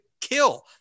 kill